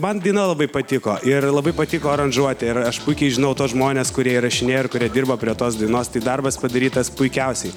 man daina labai patiko ir labai patiko aranžuotė ir aš puikiai žinau tuos žmones kurie įrašinėja ir kurie dirba prie tos dainos tai darbas padarytas puikiausiai